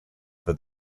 for